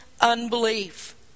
unbelief